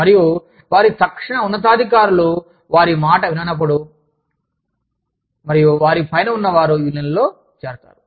మరియు వారి తక్షణ ఉన్నతాధికారులు వారి మాట విననప్పుడు వారు మరియు వారి పైన ఉన్నవారు యూనియన్లలో చేరతారు